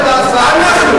באופוזיציה אמיתית ואתם לא.